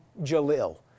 Jalil